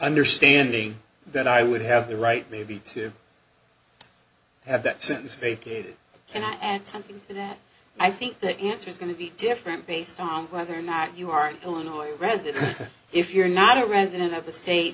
understanding that i would have the right maybe too have that sentence vacated and i add something to that i think the answer is going to be different based on whether or not you are an illinois resident if you're not a resident of the state